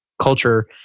culture